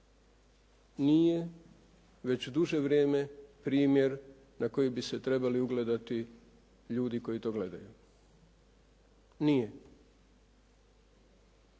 nije već duže vrijeme primjer na koji bi se trebali ugledati ljudi koji to gledaju. Nije.